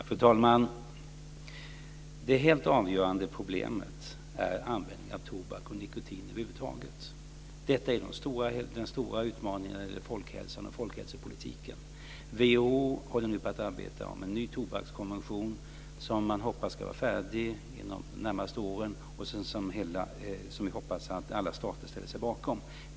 Fru talman! Det helt avgörande problemet är användningen av tobak och nikotin över huvud taget. Detta är den stora utmaningen när det gäller folkhälsan och folkhälsopolitiken. WHO håller nu på att arbeta med en ny tobakskonvention, som man hoppas ska vara färdig inom de närmaste åren. Sedan får vi hoppas att alla stater ställer sig bakom den.